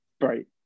Right